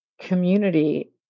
community